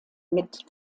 mit